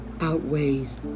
outweighs